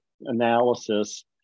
analysis